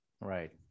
right